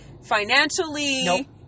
financially